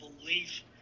belief